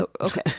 Okay